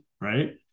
right